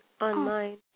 online